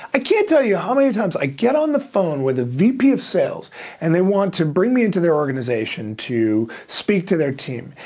i can't tell you how many times i get on the phone with a vp of sales and they want to bring me into their organization to speak to their team,